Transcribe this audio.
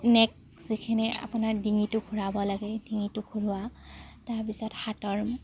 নেক যিখিনি আপোনাৰ ডিঙিটো ঘূৰাব লাগে ডিঙিটো ঘূৰাৱা তাৰ পিছত হাতৰ